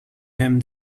him